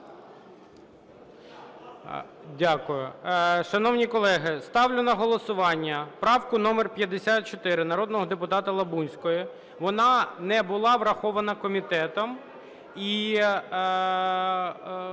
Дякую. Шановні колеги, ставлю на голосування правку номер 54 народного депутата Лабунської. Вона не була врахована комітетом,